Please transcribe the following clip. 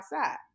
outside